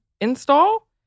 install